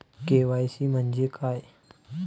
KYC म्हंजे काय?